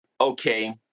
okay